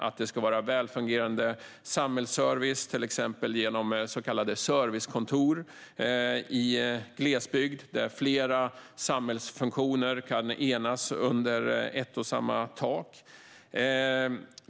Vi kräver välfungerande samhällsservice, till exempel genom så kallade servicekontor i glesbygd där flera samhällsfunktioner kan samsas under ett och samma tak.